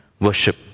worship